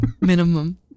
minimum